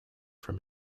from